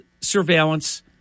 surveillance